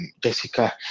Jessica